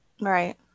Right